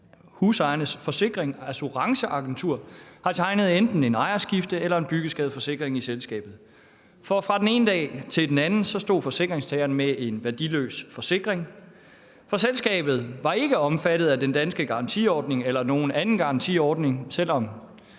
Husejernes Forsikring Assurance Agentur har tegnet enten en ejerskifte- eller byggeskadeforsikring i selskabet, for fra den ene dag til den anden stod forsikringstagerne med en værdiløs forsikring, for selskabet var ikke omfattet af den danske garantiordning eller nogen anden garantiordning, selv om